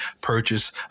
purchase